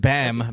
Bam